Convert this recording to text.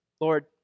Lord